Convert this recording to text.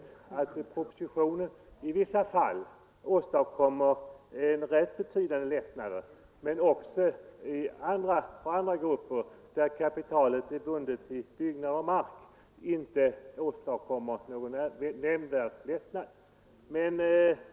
Enligt propositionen åstadkoms i vissa fall rätt betydande lättnader, men för de grupper där kapitalet är bundet till byggnader och mark blir det ingen nämnvärd lättnad.